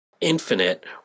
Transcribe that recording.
infinite